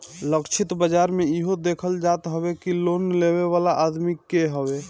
लक्षित बाजार में इहो देखल जात हवे कि लोन लेवे वाला आदमी के हवे